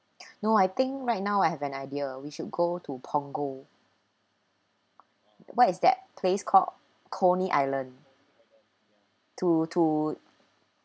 no I think right now I have an idea we should go to punggol what is that place called coney island to to